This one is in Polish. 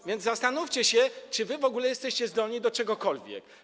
A więc zastanówcie się, czy wy w ogóle jesteście zdolni do czegokolwiek.